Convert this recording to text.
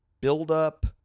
build-up